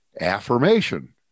affirmation